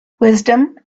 wisdom